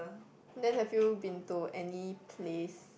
then have you been to any place